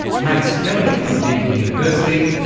max kelly from deakin university,